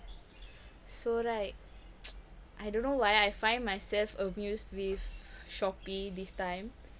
so right I don't know why I find myself amused with shopee this time